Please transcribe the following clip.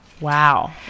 wow